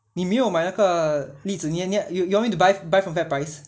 你没有那个 err 栗子 you you want me to buy buy it from FairPrice